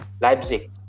Leipzig